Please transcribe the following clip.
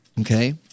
Okay